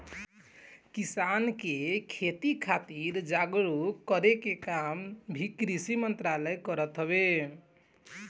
किसान के खेती खातिर जागरूक करे के काम भी कृषि मंत्रालय करत हवे